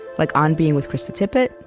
like on being with krista tippett,